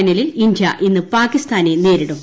ഫൈനലിൽ ഇന്ത്യ ഇന്ന് പാക്കിസ്ഥാനെ നേരിടും